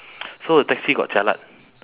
so the taxi got jialat